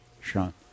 Sean